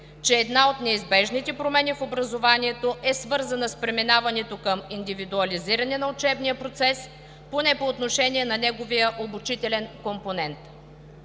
че една от неизбежните промени в образованието е свързана с преминаването към индивидуализиране на учебния процес, поне по отношение на неговия обучителен компонент.